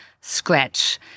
scratch